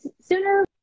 sooner